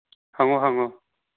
ꯍꯪꯉꯨ ꯍꯪꯉꯨ